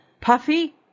puffy